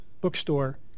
bookstore